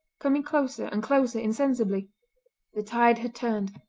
coming closer and closer insensibly the tide had turned.